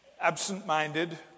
absent-minded